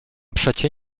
przecie